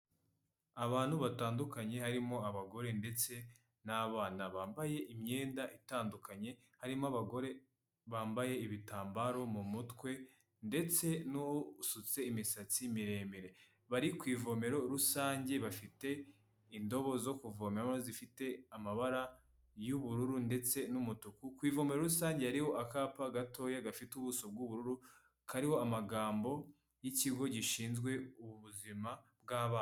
abantu batandukanye harimo abagore ndetse n'abana bambaye imyenda itandukanye harimo abagore bambaye ibitambaro mu mutwe ndetse n'uwo usutse imisatsi miremire bari ku ivomero rusange bafite indobo zo kuvoma zifite amabara y'ubururu ndetse n'umutuku ku ivomero rusange hariho akapa gatoya gafite ubuso bw'ubururu kariho amagambo y'ikigo gishinzwe ubuzima bw'abana.